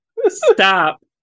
Stop